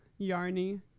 Yarny